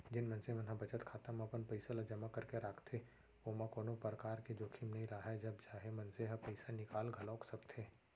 जेन मनसे मन ह बचत खाता म अपन पइसा ल जमा करके राखथे ओमा कोनो परकार के जोखिम नइ राहय जब चाहे मनसे ह पइसा निकाल घलौक सकथे